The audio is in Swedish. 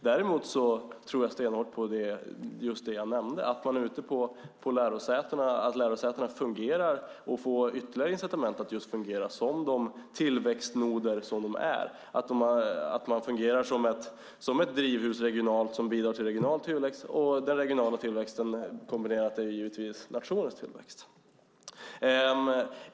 Däremot tror jag stenhårt på just det jag nämnde, att lärosätena fungerar och får ytterligare incitament att just fungera som de tillväxtnoder som de är, att man regionalt fungerar som ett drivhus som bidrar till regional tillväxt. Den regionala tillväxten kommer givetvis att bidra till nationens tillväxt.